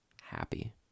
happy